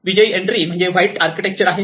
विजयी एन्ट्री म्हणजे white architecture आहे